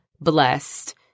blessed